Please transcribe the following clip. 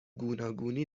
گوناگونی